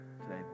today